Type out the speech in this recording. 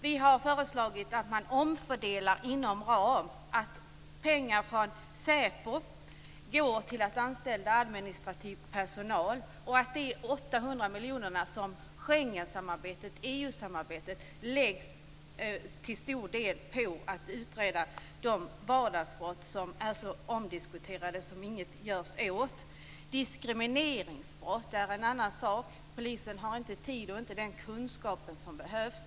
Vi har föreslagit att man omfördelar inom ramen, att pengar från säpo går till att anställa administrativ personal och att de 800 miljonerna inom Schengensamarbetet, EU-samarbetet, till stor del läggs på att utreda de vardagsbrott som är så omdiskuterade och som man inte gör något åt. Diskrimineringsbrott är en annan sak. Polisen har inte den tid och kunskap som behövs.